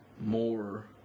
more